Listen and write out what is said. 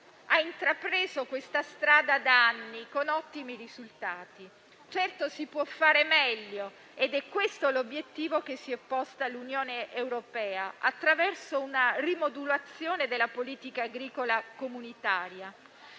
ha intrapreso questa strada da anni, con ottimi risultati. Certo si può fare meglio ed è questo l'obiettivo che si è posta l'Unione europea, attraverso una rimodulazione della politica agricola comunitaria,